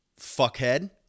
fuckhead